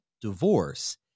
divorce